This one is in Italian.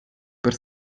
per